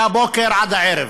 מהבוקר עד הערב.